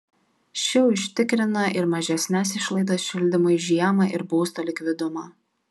ši užtikrina ir mažesnes išlaidas šildymui žiemą ir būsto likvidumą